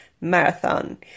marathon